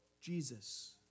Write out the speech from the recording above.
Jesus